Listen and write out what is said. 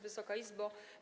Wysoka Izbo!